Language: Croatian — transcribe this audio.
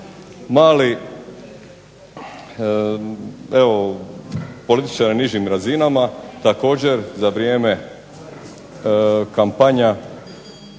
saznalo. Političari na nižim razinama također za vrijeme kampanja